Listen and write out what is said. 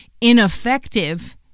ineffective